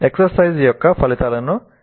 exercise యొక్క ఫలితాలను tale